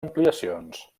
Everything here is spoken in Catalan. ampliacions